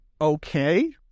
okay